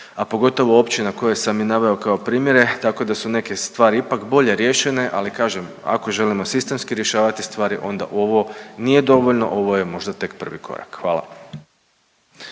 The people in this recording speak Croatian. a pogotovo općina koje sam i naveo kao primjere, tako da su neke stvari ipak bolje riješene, ali kažem ako želimo sistemski rješavati stvari, onda ovo nije dovoljno. Ovo je možda tek prvi korak. Hvala.